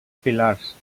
pilars